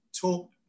talk